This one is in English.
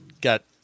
got